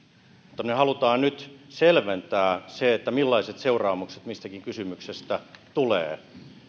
mutta me haluamme nyt selventää millaiset seuraamukset mistäkin kysymyksestä tulee